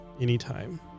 anytime